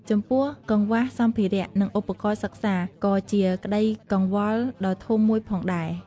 ចំពោះ កង្វះសម្ភារៈ និងឧបករណ៍សិក្សា ក៏ជាក្តីកង្វល់ដ៏ធំមួយផងដែរ។